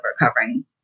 recovering